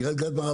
קרית גת מערב,